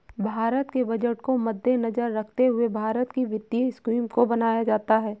भारत के बजट को मद्देनजर रखते हुए भारत की वित्तीय स्कीम को बनाया जाता है